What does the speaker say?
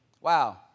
Wow